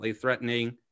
threatening